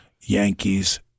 Yankees